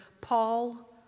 Paul